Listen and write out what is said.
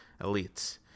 elites